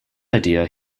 idea